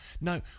No